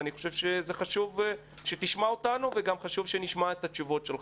אני חושב שחשוב שתשמע אותנו וגם חשוב שנשמע את התשובות שלך.